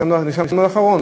נרשמתי לאחרון,